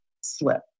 slip